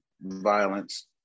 violence